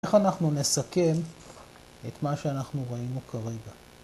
‫איך אנחנו נסכם ‫את מה שאנחנו ראינו כרגע?